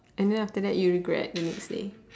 and then after that you regret the next day